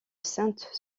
sainte